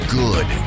good